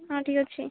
ହଁ ଠିକ୍ ଅଛି